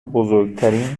بزرگترین